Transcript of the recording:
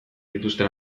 dituzten